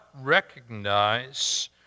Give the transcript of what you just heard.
recognize